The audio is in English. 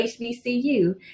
HBCU